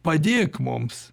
padėk mums